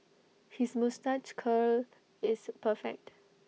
his moustache curl is perfect